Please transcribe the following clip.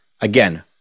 Again